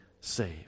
saved